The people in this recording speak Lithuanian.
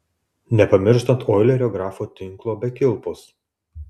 nepamirštant oilerio grafo tinklo be kilpos